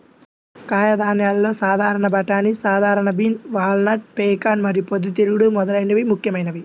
కాయధాన్యాలలో సాధారణ బఠానీ, సాధారణ బీన్, వాల్నట్, పెకాన్ మరియు పొద్దుతిరుగుడు మొదలైనవి ముఖ్యమైనవి